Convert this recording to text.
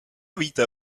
víte